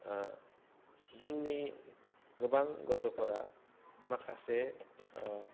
जोंनि गोबां गथ'फोरा माखासे